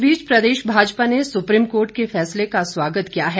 इस बीच प्रदेश भाजपा ने सुप्रीम कोर्ट के फैसले का स्वागत किया है